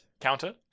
Counter